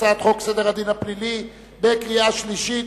הצעת חוק סדר הדין הפלילי (תיקון מס' 60) בקריאה שלישית,